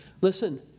Listen